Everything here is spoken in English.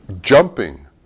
jumping